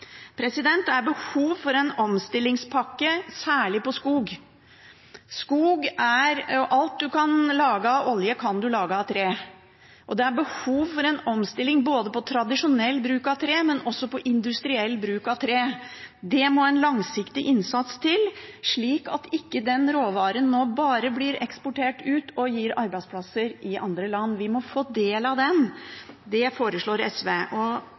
Det er behov for en omstillingspakke, særlig på skog. Alt du kan lage av olje, kan du lage av tre. Det er behov for en omstilling både på tradisjonell bruk av tre og på industriell bruk av tre. Det må en langsiktig innsats til, slik at ikke den råvaren nå bare blir eksportert ut og gir arbeidsplasser i andre land. Vi må få del av den. Det foreslår SV. Til slutt: Regjeringen gir til de store og